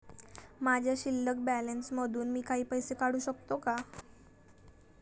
माझ्या शिल्लक बॅलन्स मधून मी काही पैसे काढू शकतो का?